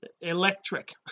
electric